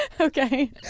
Okay